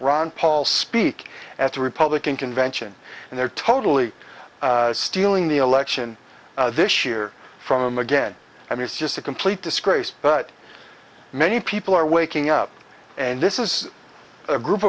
ron paul speak at the republican convention and they're totally stealing the election this year from again i mean it's just a complete disgrace but many people are waking up and this is a group